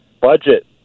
budget